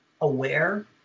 aware